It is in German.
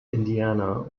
indiana